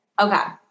Okay